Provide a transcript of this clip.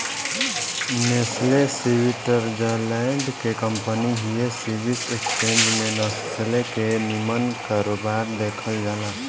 Nestle Switzerland के company हिय Swiss exchange में नेस्ले के निमन कारोबार देखल जाला